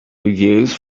reviews